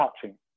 touching